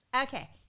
Okay